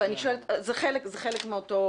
זה חלק מאותו